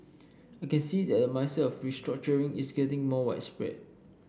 I can see that the mindset of restructuring is getting more widespread